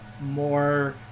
more